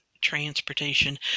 transportation